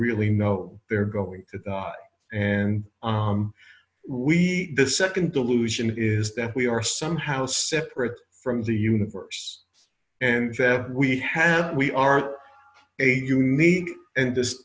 really know they're going to die and we the second delusion is that we are somehow separate from the universe and we have we are a unique and